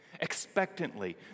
expectantly